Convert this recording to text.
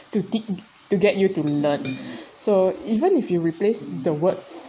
to teach to get you to learn so even if you replace the word